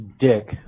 dick